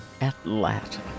Atlanta